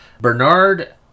Bernard